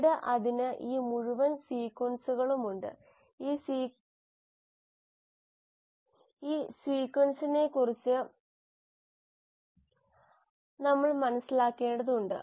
എന്നിട്ട് അതിന് ഈ മുഴുവൻ സീക്വൻസുകളും ഉണ്ട് ഈ സീക്വൻസിനെക്കുറിച്ച് നമ്മൾ മനസ്സിലാക്കേണ്ടതുണ്ട്